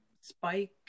spike